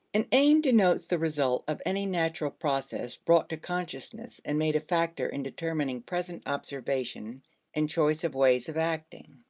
an aim denotes the result of any natural process brought to consciousness and made a factor in determining present observation and choice of ways of acting.